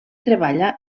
treballa